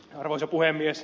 arvoisa puhemies